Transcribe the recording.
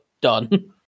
Done